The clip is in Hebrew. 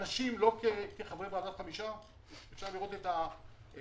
הרב שמואל רבינוביץ והרב קפלן הם